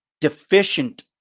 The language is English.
deficient